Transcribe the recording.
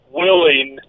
willing